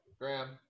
Graham